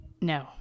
No